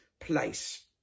place